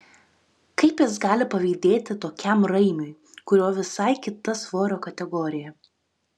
kaip jis gali pavydėti tokiam raimiui kurio visai kita svorio kategorija